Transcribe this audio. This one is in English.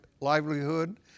livelihood